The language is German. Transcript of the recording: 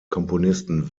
komponisten